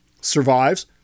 survives